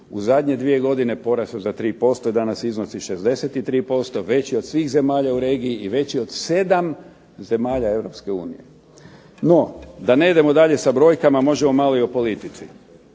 u zadnje 2 godine porastao za 3% i danas iznosi 63%, veći od svih zemalja u regiji i veći je od 7 zemalja EU. No, da ne idemo dalje sa brojkama možemo malo i o politici.